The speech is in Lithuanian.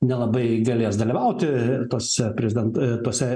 nelabai galės dalyvauti tuose prezidento tuose